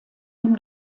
dem